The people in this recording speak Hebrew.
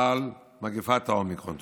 על מגפת האומיקרון.